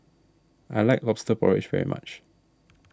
I like Lobster Porridge very much